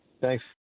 Thanks